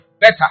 better